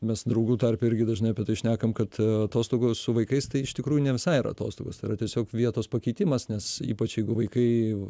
mes draugų tarpe irgi dažnai apie tai šnekam kad atostogos su vaikais tai iš tikrųjų ne visai yra atostogos tai yra tiesiog vietos pakeitimas nes ypač jeigu vaikai